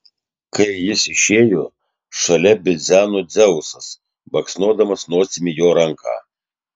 kai jis išėjo šalia bidzeno dzeusas baksnodamas nosimi jo ranką